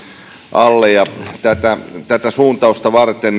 alle ja tätä suuntausta varten